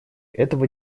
этого